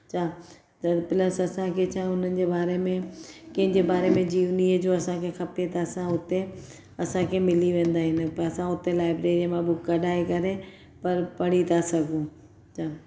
च त प्लस असांखे चओ हुननि जे बारे में केंहिंजे बारे में जीवनीअ जो असांखे खपे त असां उते असांखे मिली वेंदा आहिनि त असां उते लाइब्रेरी में बुक कढाए करे पढ़ी था सघूं त